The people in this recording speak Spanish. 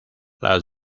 las